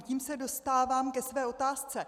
Tím se dostávám ke své otázce.